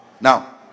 now